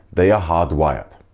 they are hard wired.